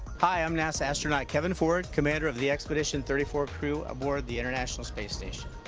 hi, i'm nasa astronaut kevin ford, commander of the expedition thirty four crew aboard the international space station.